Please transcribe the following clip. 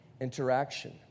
interaction